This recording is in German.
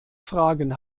fragen